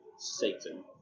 Satan